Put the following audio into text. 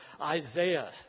Isaiah